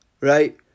right